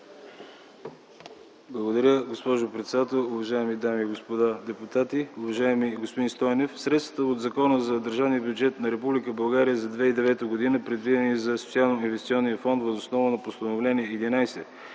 Благодаря, госпожо председател. Уважаеми дами и господа депутати, уважаеми господин Стойнев! Средствата от Закона за държавния бюджет на Република България за 2009 г., предвидени за Социалноинвестиционния фонд въз основа на Постановление №